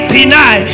deny